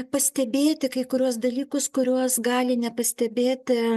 pastebėti kai kuriuos dalykus kuriuos gali nepastebėti